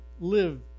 live